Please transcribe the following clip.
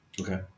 okay